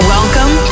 Welcome